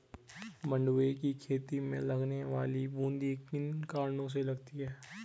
मंडुवे की खेती में लगने वाली बूंदी किन कारणों से लगती है?